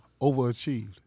overachieved